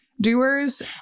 Doers